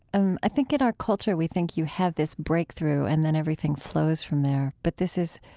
um i think in our culture we think you have this breakthrough and then everything flows from there. but this is,